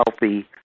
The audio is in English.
healthy